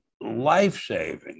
life-saving